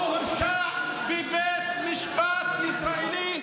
הוא הורשע בבית משפט ישראלי,